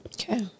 Okay